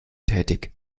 tätig